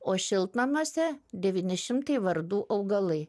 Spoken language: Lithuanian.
o šiltnamiuose devyni šimtai vardų augalai